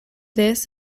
this